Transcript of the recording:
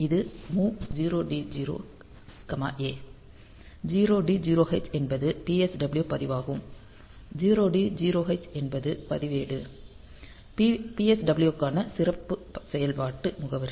இது MOV 0D0h A 0D0h என்பது PSW பதிவாகும் 0D0h என்பது பதிவேடு PSW க்கான சிறப்பு செயல்பாட்டு முகவரி